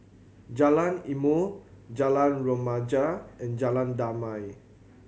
Jalan Ilmu Jalan Remaja and Jalan Damai